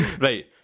Right